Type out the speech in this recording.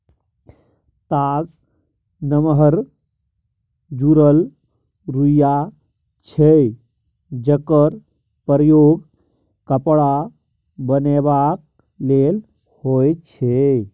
ताग नमहर जुरल रुइया छै जकर प्रयोग कपड़ा बनेबाक लेल होइ छै